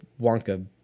Wonka